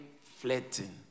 flirting